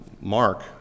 Mark